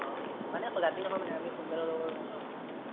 অঁ মানে ৰাতি নহয় মানে আমি সোনকালে ওলাব লাগিব ন